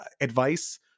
advice